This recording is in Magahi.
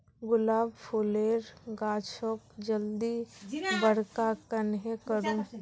गुलाब फूलेर गाछोक जल्दी बड़का कन्हे करूम?